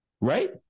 Right